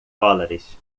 dólares